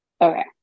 Okay